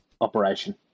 operation